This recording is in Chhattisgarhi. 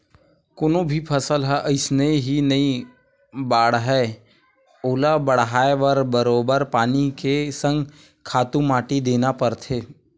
कोनो भी फसल ह अइसने ही नइ बाड़हय ओला बड़हाय बर बरोबर पानी के संग खातू माटी देना परथे